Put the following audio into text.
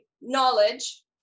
knowledge